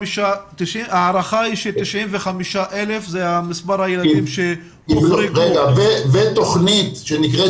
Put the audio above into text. ההערכה היא ש-95,000 זה מספר הילדים ש- -- ותכנית שנקראת